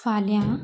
फाल्यां